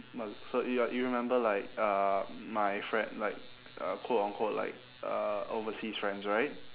but so y~ you remember like uh my frie~ like uh quote unquote like uh overseas friends right